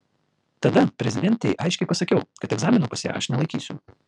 tada prezidentei aiškiai pasakiau kad egzamino pas ją aš nelaikysiu